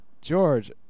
George